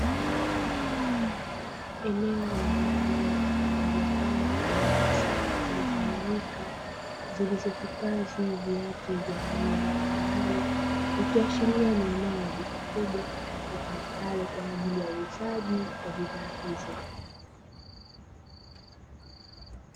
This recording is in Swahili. Eneo la ndani liliopangwa katika safu zilizonyooka, zilizohifadhi viatu vya aina mbalimbali, likiashiria ni eneo la duka kubwa, litumikalo kwa ajili ya uuzaji wa bidhaa hizo.